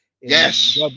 Yes